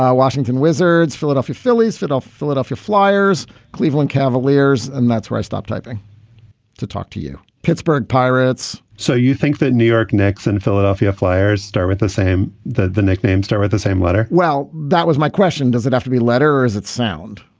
washington wizards. philadelphia phillies. fadell. philadelphia flyers. cleveland cavaliers. and that's where i stopped typing to talk to you. pittsburgh pirates so you think that new york knicks and philadelphia flyers start with the same the the nicknames star with the same letter? well, that was my question. does it have to be letter or is it sound